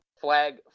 flag